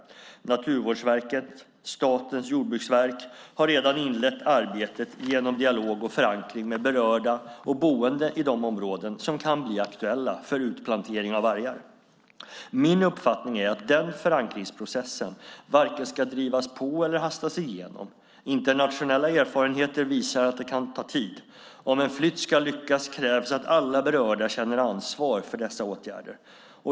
Naturvårdsverket och Statens jordbruksverk har redan inlett arbetet genom dialog och förankring med berörda och boende i de områden som kan bli aktuella för utplantering av vargar. Min uppfattning är att den förankringsprocessen varken ska drivas på eller hastas igenom. Internationella erfarenheter visar att det kan ta tid. Om en flytt ska lyckas krävs att alla berörda känner ansvar för dessa åtgärder.